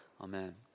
Amen